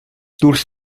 durch